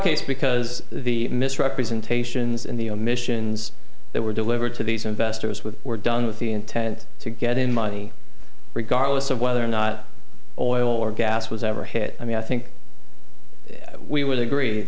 case because the misrepresentations in the omissions that were delivered to these investors with were done with the intent to get in money regardless of whether or not all or gas was ever hit i mean i think we would agree